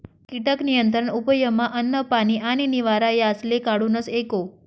कीटक नियंत्रण उपयमा अन्न, पानी आणि निवारा यासले काढूनस एको